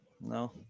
No